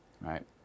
Right